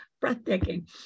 breathtaking